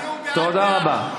תודה רבה.